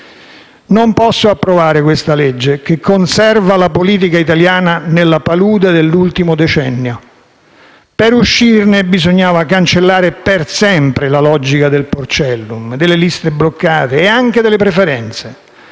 Non posso approvare questa legge che conserva la politica italiana nella palude dell'ultimo decennio. Per uscirne bisognava cancellare per sempre la logica del Porcellum, delle liste bloccate e anche delle preferenze.